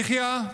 יחיא,